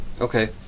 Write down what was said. Okay